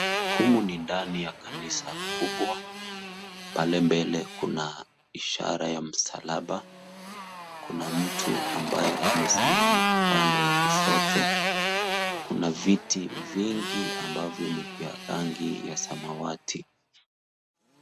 Humu ni ndani ya kanisa kubwa. Pale mbele kuna ishara ya msalaba. Kuna mtu ambaye amesimama upande wa kushoto. Kuna viti vingi ambavyo ni vya rangi ya samawati.